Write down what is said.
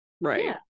right